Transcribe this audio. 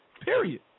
period